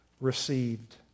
received